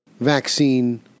vaccine